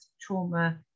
trauma